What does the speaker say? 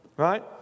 Right